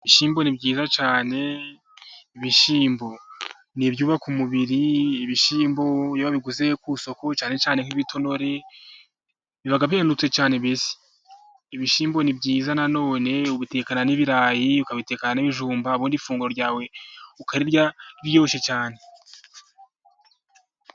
Ibishyimbo ni byiza cyane, ibishyimbo ni ibyubaka umubiri. Ibishyimbo iyo babiguze ku isoko cyane cyane nk'ibitonore biba byahindutse cyane mbese. Ibishyimbo ni byiza na none ubitekana n'ibirayi, ukabitekana n'ibijumba, ubundi ifunguro ryawe ukarirya riryoshye cyane.